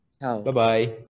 Bye-bye